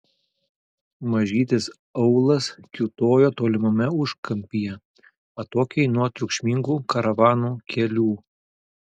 mažytis aūlas kiūtojo tolimame užkampyje atokiai nuo triukšmingų karavanų kelių